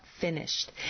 finished